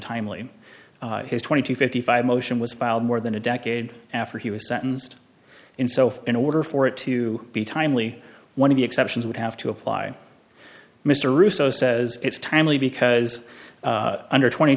timely his twenty two fifty five motion was filed more than a decade after he was sentenced in so in order for it to be timely one of the exceptions would have to apply mr russo says it's timely because under twenty